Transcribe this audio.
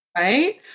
right